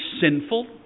sinful